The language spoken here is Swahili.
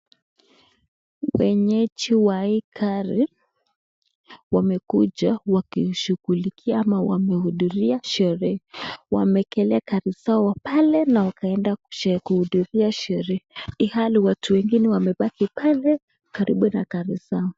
Wenyeji wa hii gari wamekuja wakishughulikia ama wamehudhuria sherehe. Wameekelea gari zao pale na wakaenda kuhudhuria sherehe ilhali watu wengine wamebaki pale karibu na gari zao.